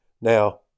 Now